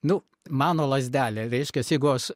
nu mano lazdelė reiškias jeigu aš